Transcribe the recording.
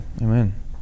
Amen